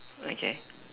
okay